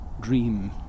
Dream